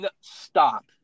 Stop